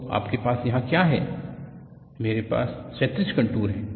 तो आपके पास यहां क्या है मेरे पास क्षैतिज कंटूर है